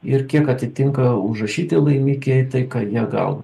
ir kiek atitinka užrašyti laimikiai tai ką jie gaudo